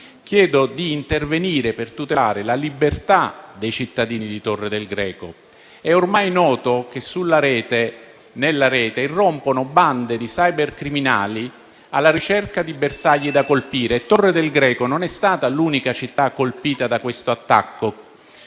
è di intervenire per tutelare la libertà dei cittadini di Torre del Greco. È ormai noto che nella rete irrompono bande di cybercriminali alla ricerca di bersagli da colpire. Torre del Greco non è stata l'unica città colpita da questo attacco,